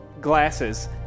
glasses